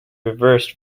reversed